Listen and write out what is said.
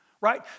right